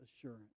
assurance